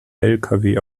lkw